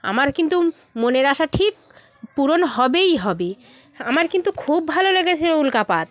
আমার কিন্তু মনের আশা ঠিক পূরণ হবেই হবে আমার কিন্তু খুব ভালো লেগেছে উল্কাপাত